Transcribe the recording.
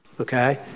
Okay